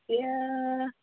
এয়া